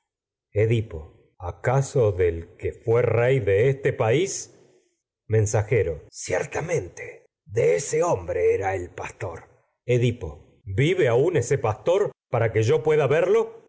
edipo acaso del que fué rey de este país el mensajero ciertamente de ese hombre era el pastor edipo vive aún ese pastor para que yo pueda verlo